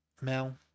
mel